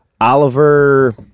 Oliver